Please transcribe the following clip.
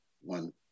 one